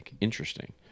interesting